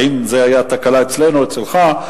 האם זאת היתה תקלה אצלנו או אצלך,